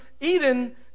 Eden